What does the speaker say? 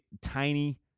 tiny